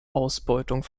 ausbeutung